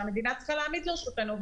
שהמדינה צריכה להעמיד לרשותנו.